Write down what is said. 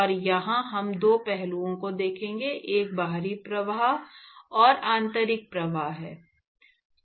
और यहां हम दो पहलुओं को देखेंगे एक बाहरी प्रवाह और आंतरिक प्रवाह है